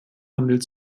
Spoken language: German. handel